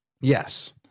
Yes